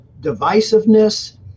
divisiveness